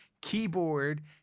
keyboard